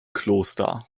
kloster